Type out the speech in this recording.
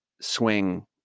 swing